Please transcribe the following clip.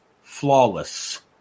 flawless